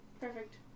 perfect